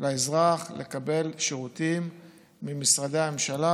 לאזרח לקבל שירותים ממשרדי הממשלה,